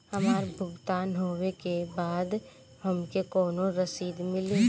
हमार भुगतान होबे के बाद हमके कौनो रसीद मिली?